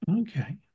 Okay